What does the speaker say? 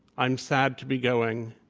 i'm sad to be going.